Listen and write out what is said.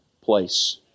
place